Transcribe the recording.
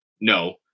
no